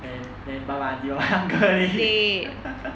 and then bye bye aunty bye bye uncle